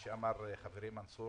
של הכנסת ושמענו את מה שאמר חברי מנסור